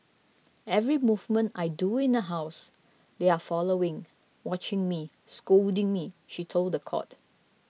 every movement I do in the house they are following watching me scolding me she told the court